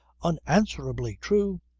unanswerably true,